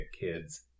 kids